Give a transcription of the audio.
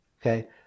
okay